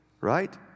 right